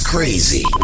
Crazy